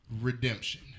redemption